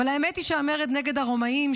אבל האמת היא שהמרד נגד הרומאים,